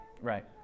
Right